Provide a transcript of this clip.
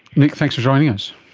nick, thanks for joining us.